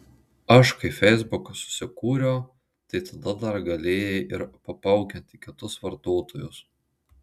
aš kai feisbuką susikūriau tai tada dar galėjai ir papaukinti kitus vartotojus